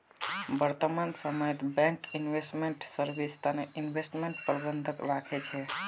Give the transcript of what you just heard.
वर्तमान समयत bank investment service तने इन्वेस्टमेंट प्रबंधक राखे छे